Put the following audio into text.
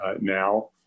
now